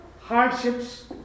hardships